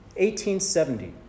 1870